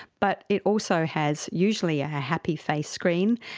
but it also has usually a happy-face screen,